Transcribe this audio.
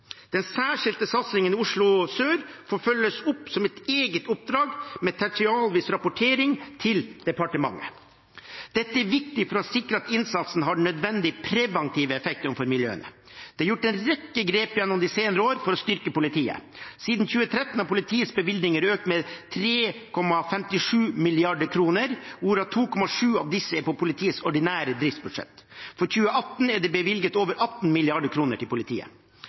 følges opp som et eget oppdrag med tertialvis rapportering til departementet. Dette er viktig for å sikre at innsatsen har den nødvendige preventive effekt overfor miljøene. Det er gjort en rekke grep gjennom de senere år for å styrke politiet. Siden 2013 har politiets bevilgninger økt med 3,57 mrd. kr, hvorav 2,7 av disse er på politiets ordinære driftsbudsjett. For 2018 er det bevilget over 18 mrd. kr til politiet.